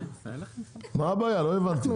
מה הבעיה, לא הבנתי.